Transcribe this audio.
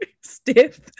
stiff